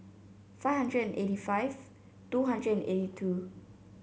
five hundred and eighty five two hundred and eighty two